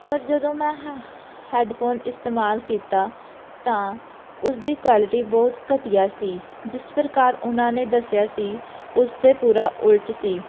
ਪਰ ਜਦੋਂ ਮੈਂ ਹੈਡਫੋਨ ਇਸਤੇਮਾਲ ਕੀਤਾ ਤਾਂ ਉਸ ਦੀ ਕੁਆਲਿਟੀ ਬਹੁਤ ਘਟੀਆ ਸੀ ਜਿਸ ਪ੍ਰਕਾਰ ਉਹਨਾਂ ਨੇ ਦੱਸਿਆ ਸੀ ਉਸ ਤੋਂ ਪੂਰਾ ਉਲਟ ਸੀ